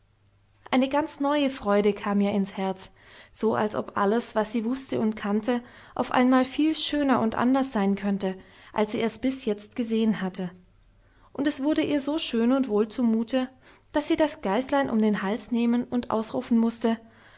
eine ganz neue freude kam ihr ins herz so als ob alles was sie wußte und kannte auf einmal viel schöner und anders sein könnte als sie es bis jetzt gesehen hatte und es wurde ihr so schön und wohl zumute daß sie das geißlein um den hals nehmen und ausrufen mußte